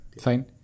Fine